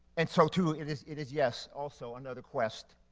and so, too, it is it is yes, also another quest,